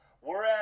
whereas